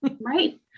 Right